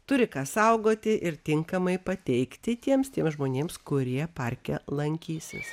turi ką saugoti ir tinkamai pateikti tiems tiems žmonėms kurie parke lankysis